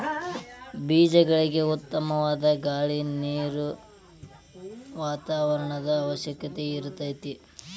ಬೇಜಗಳಿಗೆ ಉತ್ತಮವಾದ ಗಾಳಿ ನೇರು ವಾತಾವರಣದ ಅವಶ್ಯಕತೆ ಇರತತಿ